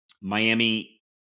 Miami